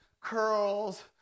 curls